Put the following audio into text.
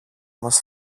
μας